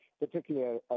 particularly